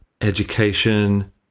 education